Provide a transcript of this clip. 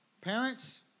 Parents